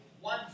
one